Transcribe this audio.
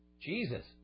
Jesus